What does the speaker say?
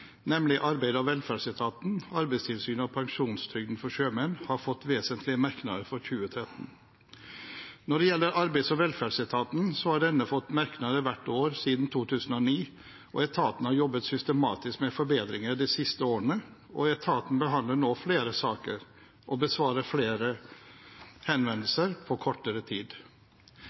nemlig Arbeids- og velferdsetaten, Arbeidstilsynet og Pensjonstrygden for sjømenn, har fått vesentlige merknader for 2013. Når det gjelder Arbeids- og velferdsetaten, har denne fått merknader hvert år siden 2009. Etaten har jobbet systematisk med forbedringer de siste årene og behandler nå flere saker og besvarer flere